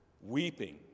weeping